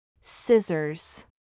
scissors